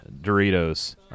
Doritos